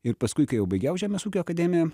ir paskui kai jau baigiau žemės ūkio akademiją